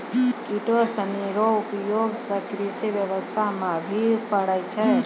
किटो सनी रो उपयोग से कृषि व्यबस्था मे भी पड़ै छै